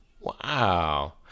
Wow